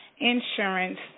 insurance